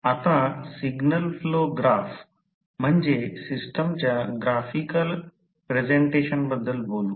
आता signal flow graph म्हणजे सिस्टमच्या ग्राफिकल प्रेझेंटेशन बद्दल बोलू